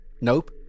nope